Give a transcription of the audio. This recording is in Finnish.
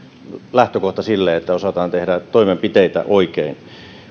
lähtökohta sille että osataan tehdä toimenpiteitä oikein